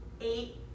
eight